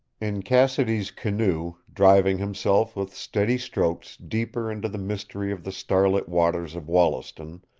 in cassidy's canoe, driving himself with steady strokes deeper into the mystery of the starlit waters of wollaston,